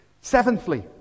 Seventhly